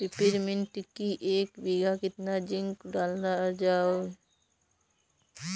Peppermint की एक बीघा कितना जिंक डाला जाए?